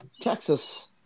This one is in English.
Texas